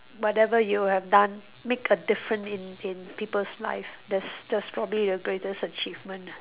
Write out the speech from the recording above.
whatever you have done make a different in in people's life that's that's probably the greatest achievement ah